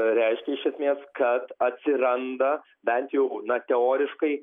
reiškia iš esmės kad atsiranda bent jau na teoriškai